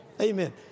Amen